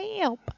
Help